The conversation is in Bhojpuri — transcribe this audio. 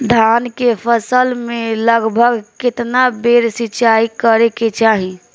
धान के फसल मे लगभग केतना बेर सिचाई करे के चाही?